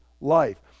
life